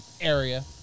area